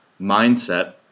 mindset